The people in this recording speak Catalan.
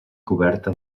coberta